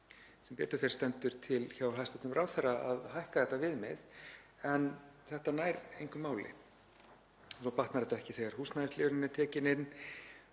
Sem betur fer stendur til hjá hæstv. ráðherra að hækka þetta viðmið en þetta nær engu máli. Svo batnar þetta ekki þegar húsnæðisliðurinn er tekinn inn